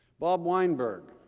bob weinberg